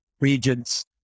regions